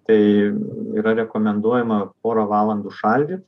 tai yra rekomenduojama porą valandų šaldyt